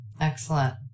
Excellent